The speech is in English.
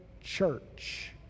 church